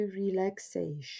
relaxation